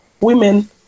Women